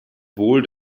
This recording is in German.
wohl